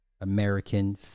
American